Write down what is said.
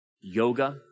Yoga